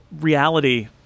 reality